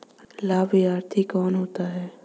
लाभार्थी कौन होता है?